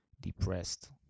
depressed